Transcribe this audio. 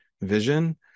vision